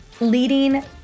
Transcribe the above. leading